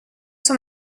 sont